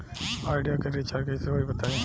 Idea के recharge कइसे होई बताईं?